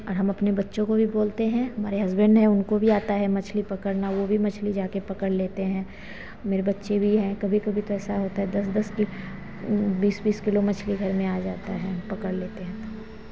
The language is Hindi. और हम अपने बच्चों को भी बोलते हैं हमारे हसबैन्ड हैं उनको भी आता है मछली पकड़ना वह भी मछली जाकर पकड़ लेते हैं मेरे बच्चे भी हैं कभी कभी तो ऐसा होता है दस दस कि बीस बीस किलो मछली घर में आ जाती है पकड़ लेते हैं तो